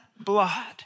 blood